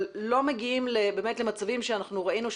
אבל לא מגיעים למצבים שראינו,